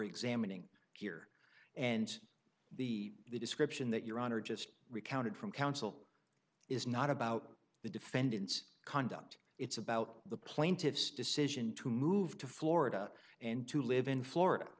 examining here and the description that your honor just recounted from counsel is not about the defendant's conduct it's about the plaintiff's decision to move to florida and to live in florida